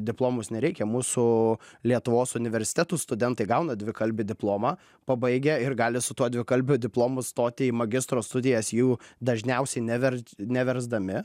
diplomus nereikia mūsų lietuvos universitetų studentai gauna dvikalbį diplomą pabaigę ir gali su tuo dvikalbiu diplomu stoti į magistro studijas jų dažniausiai neverst neversdami